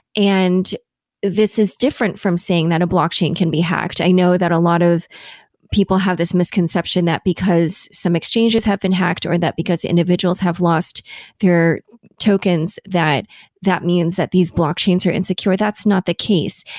and this is different from saying that a blockchain can be hacked. i know that a lot of people have this misconception that because some exchanges have been hacked, or that because individuals have lost their tokens, that that means that these blockchains are insecure. that's not the case.